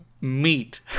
Meat